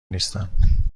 نیستم